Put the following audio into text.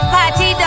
Party